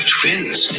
Twins